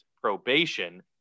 probation